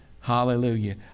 Hallelujah